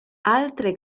altre